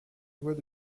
voies